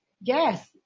yes